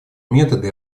методы